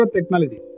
Technology